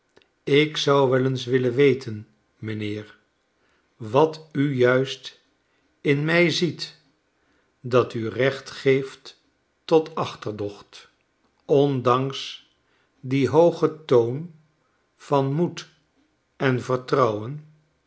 ik zou wel eens willen weten m'nheer wat u juist in mij ziet dat u recht geeft tot achterdocht ondanks dien hoogen toon van moed en vertrouwen